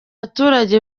baturage